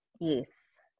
yes